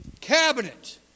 cabinet